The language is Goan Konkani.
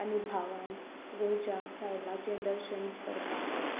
आनी भावान गोंयच्या सायबाचें दर्शन करपाक येता